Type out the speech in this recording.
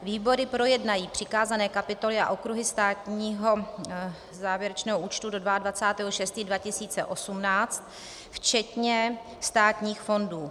Výbory projednají přikázané kapitoly a okruhy státního závěrečného účtu do 22. 6. 2018 včetně státních fondů